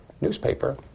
newspaper